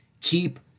keep